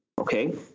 Okay